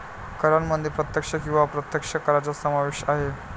करांमध्ये प्रत्यक्ष किंवा अप्रत्यक्ष करांचा समावेश आहे